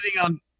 on